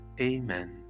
amen